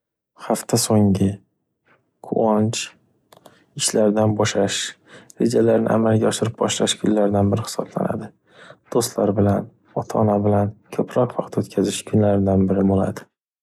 Hafta so’ngi. Quvonch, ishlardan bo’shash, rejalarni amalga oshirib boshlash kunlardan biri hisoplanadi. Do’stlar bilan, ota-ona bilan ko’proq vaxt o’tkazish kunlardan biri bo’ladi.